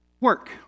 work